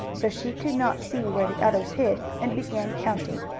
so she could not see where the others hid, and began counting.